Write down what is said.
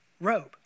robe